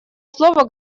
слово